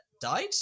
died